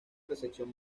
recepción